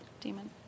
demon